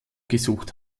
gesucht